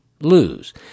Lose